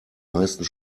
meisten